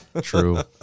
True